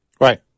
Right